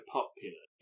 popular